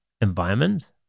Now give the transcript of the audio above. environment